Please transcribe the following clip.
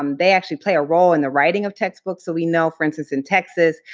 um they actually play a role in the writing of textbooks. so we know, for instance, in texas,